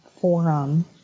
forum